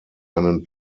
einen